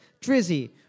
Drizzy